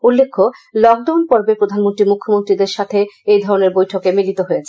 উল্লেখ্য লকডাউন পর্বে প্রধানমন্ত্রী মুখ্যমন্ত্রীদের সাথে এধরনের বৈঠকে মিলিত হয়েছেন